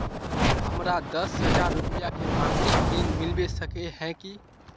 हमरा दस हजार रुपया के मासिक ऋण मिलबे सके है की?